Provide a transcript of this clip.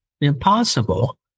impossible